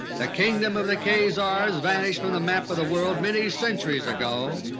the kingdom of the khazars vanished from the map of the world many centuries ago.